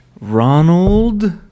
Ronald